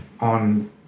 on